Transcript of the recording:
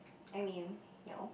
I mean no